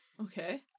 Okay